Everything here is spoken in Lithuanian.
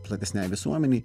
platesnei visuomenei